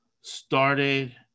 started